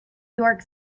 york